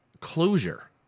closure